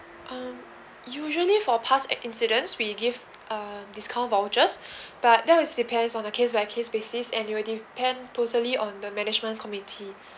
um usually for past ac~ incidents we give um discount vouchers but that was depends on a case by case basis and it'll depend totally on the management committee